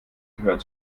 gehören